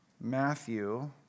Matthew